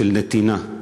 של נתינה.